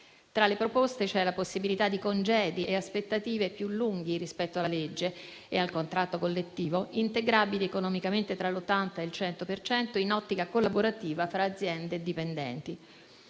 Tra le proposte c'è la possibilità di congedi e aspettative più lunghi rispetto alla legge e al contratto collettivo, integrabili economicamente tra l'80 e il 100 per cento, in ottica collaborativa tra aziende e dipendenti,